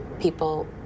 people